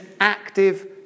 active